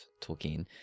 Tolkien